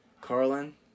Carlin